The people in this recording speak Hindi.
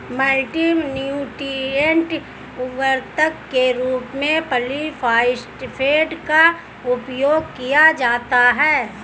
मल्टी न्यूट्रिएन्ट उर्वरक के रूप में पॉलिफॉस्फेट का उपयोग किया जाता है